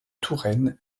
touraine